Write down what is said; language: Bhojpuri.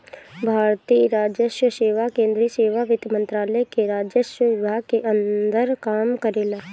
भारतीय राजस्व सेवा केंद्रीय सेवा वित्त मंत्रालय के राजस्व विभाग के अंदर काम करेला